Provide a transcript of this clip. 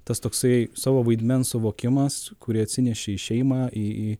tas toksai savo vaidmens suvokimas kurį atsineši į šeimą į į